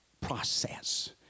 process